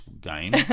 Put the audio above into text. game